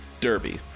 derby